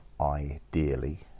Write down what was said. ideally